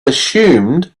assumed